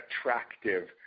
attractive